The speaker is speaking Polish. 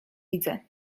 widzę